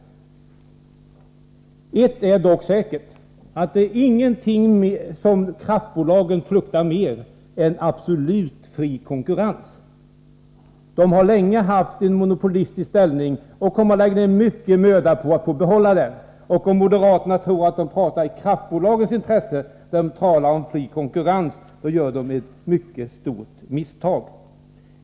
Ett är dock säkert, det finns ingenting som kraftbolagen fruktar mer än absolut fri konkurrens. De har länge haft en monopolistisk ställning och kommer att lägga ner mycken möda på att få behålla den. Om moderaterna tror att de pratar i kraftbolagens intresse då de talar om fri konkurrens gör de ett mycket stort misstag.